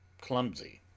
clumsy